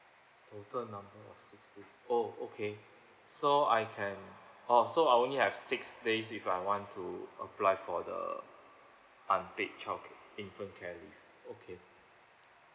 total number of six days oh okay so I can oh so I only have six days if I want to apply for the unpaid childcare infant care leave okay